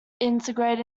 integrated